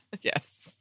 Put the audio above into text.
Yes